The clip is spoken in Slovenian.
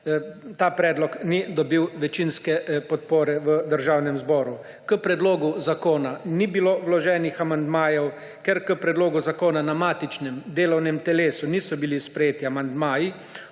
ta predlog ni dobil večinske podpore v Državnem zboru. K predlogu zakona ni bilo vloženih amandmajev. Ker k predlogu zakona na matičnem delovnem telesu niso bili sprejeti amandmaji,